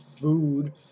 food